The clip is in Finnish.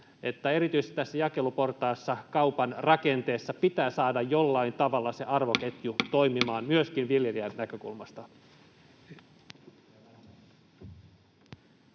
Erityisesti tässä jakeluportaassa, kaupan rakenteessa, pitää saada jollain tavalla se arvoketju toimimaan myöskin viljelijän näkökulmasta.